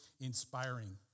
inspiring